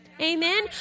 Amen